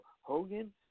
Hogan